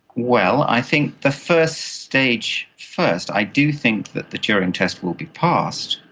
well, i think the first stage first, i do think that the turing test will be passed.